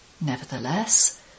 Nevertheless